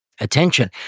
attention